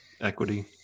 Equity